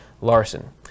Larson